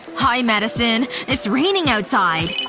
hi madison. it's raining outside.